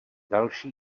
další